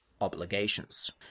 obligations